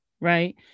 right